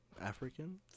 African